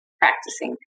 practicing